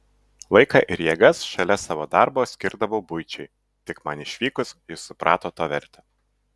laiką ir jėgas šalia savo darbo skirdavau buičiai tik man išvykus jis suprato to vertę